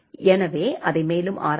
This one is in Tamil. எனவே அதை மேலும் ஆராயுங்கள்